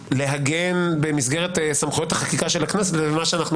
להגן במסגרת סמכויות החקיקה של הכנסת לבין מה שאנחנו